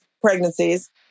pregnancies